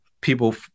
people